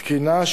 תקינה,